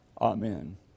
Amen